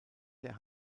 der